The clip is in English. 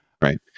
right